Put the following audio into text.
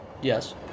Yes